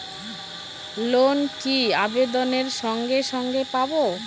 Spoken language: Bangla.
লোন কি আবেদনের সঙ্গে সঙ্গে পাব?